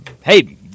Hey